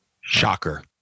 Shocker